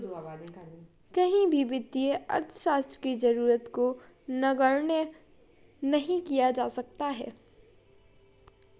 कहीं भी वित्तीय अर्थशास्त्र की जरूरत को नगण्य नहीं किया जा सकता है